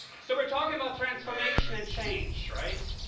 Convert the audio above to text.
so, we're talking about transformation and change, right?